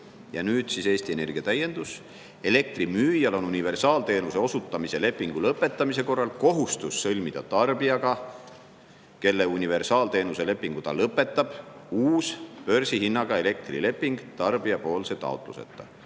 Ja Eesti Energia täiendus: "Elektrimüüjal on universaalteenuse osutamise lepingu lõpetamise korral kohustus sõlmida tarbijaga, kelle universaalteenuse lepingu ta lõpetab, uus börsihinnaga elektrileping tarbijapoolse taotluseta,